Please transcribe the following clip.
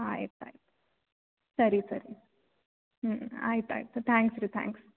ಆಯ್ತು ಆಯ್ತು ಸರಿ ಸರಿ ಹ್ಞೂ ಆಯ್ತು ಆಯ್ತು ತ್ಯಾಂಕ್ಸ್ ರೀ ಥ್ಯಾಂಕ್ಸ್